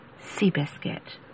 Seabiscuit